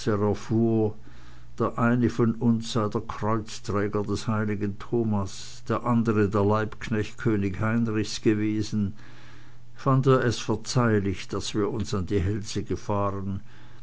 der eine von uns sei der kreuzträger des heiligen thomas der andere der leihknecht könig heinrichs gewesen fand er es verzeihlich daß wir uns an die hälse gefahren